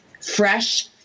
fresh